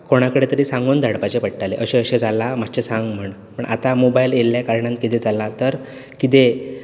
कोणा कडेन सांगून धाडपाचें पडटालें अशें अशें जालां मात्शें सांग म्हूण पूण आतां मोबायल येयल्ल्या कारणान कितें जाला तर कितेंय